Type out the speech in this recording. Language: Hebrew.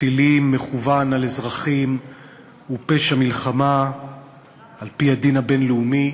וטילים על אזרחים הוא פשע מלחמה על-פי הדין הבין-לאומי.